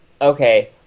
okay